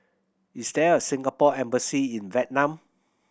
is there a Singapore Embassy in Vietnam